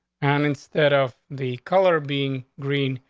and instead of the color being green,